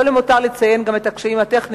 לא למותר לציין גם את הקשיים הטכניים